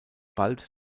bald